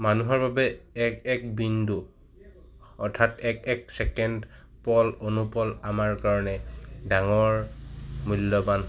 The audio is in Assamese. মানুহৰ বাবে এক এক বিন্দু অৰ্থাৎ এক এক ছেকণ্ড পল অনুপল আমাৰ কাৰণে ডাঙৰ মূল্যৱান